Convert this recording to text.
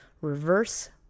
reverse